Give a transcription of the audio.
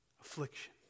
Affliction